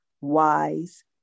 wise